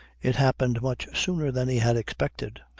it happened much sooner than he had expected.